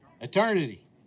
Eternity